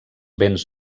vents